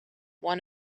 one